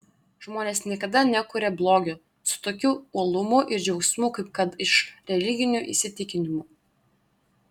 žmonės niekada nekuria blogio su tokiu uolumu ir džiaugsmu kaip kad iš religinių įsitikinimų